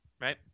Right